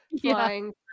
flying